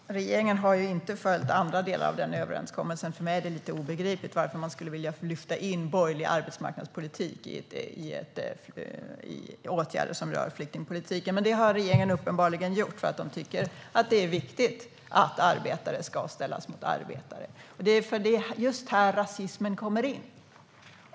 Herr talman! Regeringen har ju inte följt andra delar av den överenskommelsen. För mig är det obegripligt varför man skulle vilja lyfta in borgerlig arbetsmarknadspolitik i åtgärder som rör flyktingpolitiken. Men det har regeringen uppenbarligen gjort för att de tycker att det är viktigt att arbetare ska ställas mot arbetare. Det är just här rasismen kommer in!